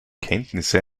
kenntnisse